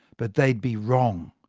but they'd be wrong.